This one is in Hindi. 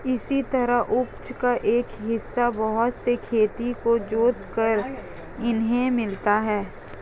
इसी तरह उपज का एक हिस्सा बहुत से खेतों को जोतकर इन्हें मिलता है